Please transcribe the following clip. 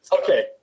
Okay